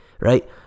right